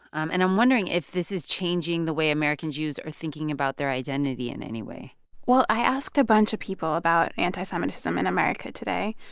um and i'm wondering if this is changing the way american jews are thinking about their identity in any way well, i asked a bunch of people about anti-semitism in america today,